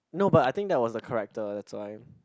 no but I think that was the character that's why